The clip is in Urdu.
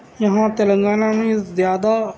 یہاں تلنگانہ میں زیادہ